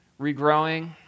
regrowing